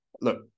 Look